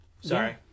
Sorry